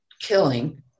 killing